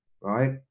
right